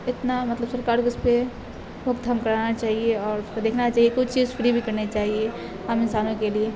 اتنا مطلب سرکار کا اس پہ روک تھام کرانا چاہیے اور اس کو دیکھنا چاہیے کوئی چیز فری بھی کرنی چاہیے عام انسانوں کے لیے